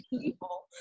people